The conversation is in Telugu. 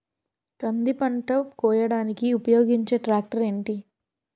కంది పంట కోయడానికి ఉపయోగించే ట్రాక్టర్ ఏంటి?